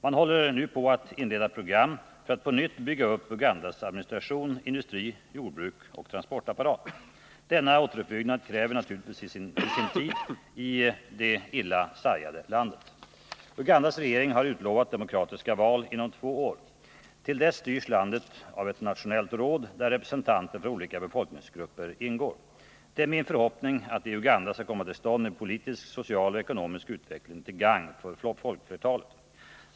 Man håller nu på att inleda ett program för att på nytt bygga upp Ugandas administration, industri, jordbruk och transportapparat. Denna återuppbyggnad kräver naturligtvis sin tid i det illa sargade landet. Ugandas regering har utlovat demokratiska val inom två år. Till dess styrs landet av ett nationellt råd, där representanter för olika befolkningsgrupper ingår. Det är min förhoppning att det i Uganda skall komma till stånd en politisk, social och ekonomisk utveckling till gagn för folkflertalet.